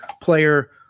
player